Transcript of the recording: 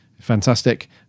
fantastic